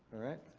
alright.